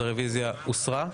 אז הרוויזיה הוסרה.